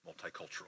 multicultural